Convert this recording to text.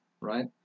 right